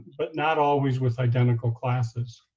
but not always with identical classes.